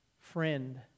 friend